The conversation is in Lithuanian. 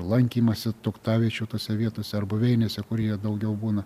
lankymąsi tuoktaviečių tose vietose ar buveinėse kur jie daugiau būna